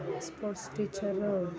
sports teachers